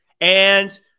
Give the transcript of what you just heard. And-